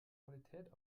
qualität